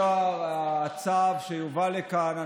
בשכבות חלשות.